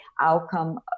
outcome